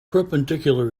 perpendicular